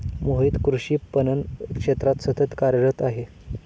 मोहित कृषी पणन क्षेत्रात सतत कार्यरत आहे